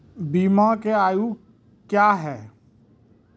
बीमा के आयु क्या हैं?